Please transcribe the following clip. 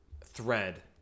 thread